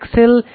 XL